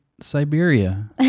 Siberia